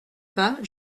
pas